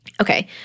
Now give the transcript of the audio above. Okay